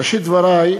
ראשית דברי,